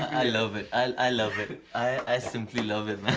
i love it, i love it! i simply love it, man.